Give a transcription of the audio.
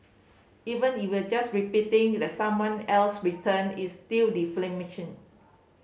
even if you were just repeating that someone else written it's still